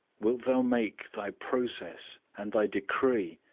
wilt thou make thy process and thy decree,